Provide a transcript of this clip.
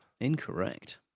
Incorrect